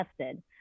tested